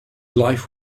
life